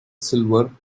silver